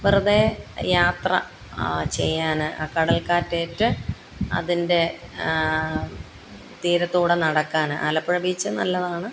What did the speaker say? വെറുതേ യാത്ര ചെയ്യാൻ ആ കടല് കാറ്റ് ഏറ്റ് അതിന്റെ തീരത്തൂടെ നടക്കാൻ ആലപ്പുഴ ബീച്ച് നല്ലതാണ്